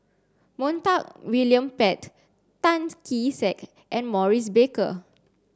Montague William Pett Tan Kee Sek and Maurice Baker